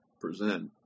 present